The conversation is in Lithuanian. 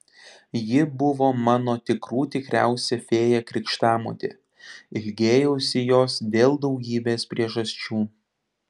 ji buvo mano tikrų tikriausia fėja krikštamotė ilgėjausi jos dėl daugybės priežasčių